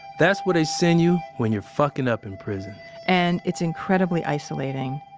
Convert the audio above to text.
that's where they send you when you're fucking up in prison and it's incredibly isolating.